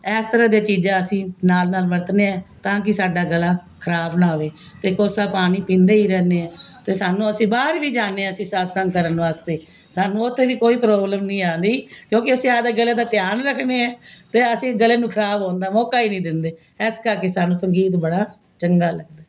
ਇਸ ਤਰ੍ਹਾਂ ਦੀਆਂ ਚੀਜ਼ਾਂ ਅਸੀਂ ਨਾਲ ਨਾਲ ਵਰਤਦੇ ਐਂ ਤਾਂ ਕਿ ਸਾਡਾ ਗਲਾ ਖ਼ਰਾਬ ਨਾ ਹੋਵੇ ਅਤੇ ਕੋਸਾ ਪਾਣੀ ਪੀਂਦੇ ਹੀ ਰਹਿੰਦੇ ਹਾਂ ਅਤੇ ਸਾਨੂੰ ਅਸੀਂ ਬਾਹਰ ਵੀ ਜਾਂਦੇ ਐਂ ਅਸੀਂ ਸਤਸੰਗ ਕਰਨ ਵਾਸਤੇ ਸਾਨੂੰ ਉੱਥੇ ਵੀ ਕੋਈ ਪ੍ਰੋਬਲਮ ਨਹੀਂ ਆਉਂਦੀ ਕਿਉਂਕਿ ਅਸੀਂ ਆਪਣੇ ਗਲੇ ਦਾ ਧਿਆਨ ਰੱਖਦੇ ਐਂ ਅਤੇ ਅਸੀਂ ਗਲੇ ਨੂੰ ਖ਼ਰਾਬ ਹੋਣ ਦਾ ਮੌਕਾ ਹੀ ਨਹੀਂ ਦਿੰਦੇ ਇਸ ਕਰਕੇ ਸਾਨੂੰ ਸੰਗੀਤ ਬੜਾ ਚੰਗਾ ਲੱਗਦਾ ਹੈ